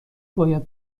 باید